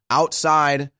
outside